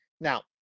Now